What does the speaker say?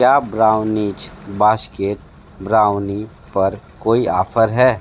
क्या brownies basket brownie पर कोई ऑफर है